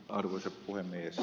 arvoisa puhemies